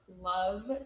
love